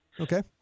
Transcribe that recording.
Okay